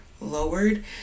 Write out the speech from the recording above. lowered